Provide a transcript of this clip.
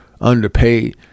underpaid